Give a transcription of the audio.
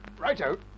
Righto